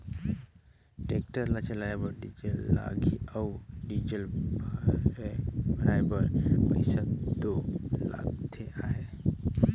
tractor ल चलाए बर डीजल लगही अउ डीजल भराए बर पइसा दो लगते अहे